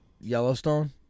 Yellowstone